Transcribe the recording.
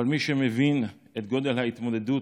אבל מי שמבין את גודל ההתמודדות,